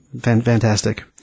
Fantastic